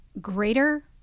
greater